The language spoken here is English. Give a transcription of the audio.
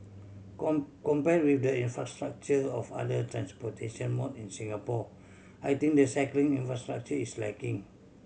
compare with the infrastructure of other transportation mode in Singapore I think the cycling infrastructure is lacking